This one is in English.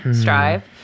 strive